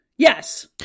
Yes